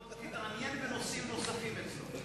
עוד תתעניין בנושאים נוספים אצלו.